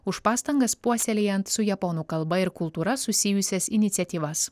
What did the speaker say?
už pastangas puoselėjant su japonų kalba ir kultūra susijusias iniciatyvas